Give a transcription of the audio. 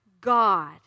God